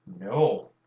No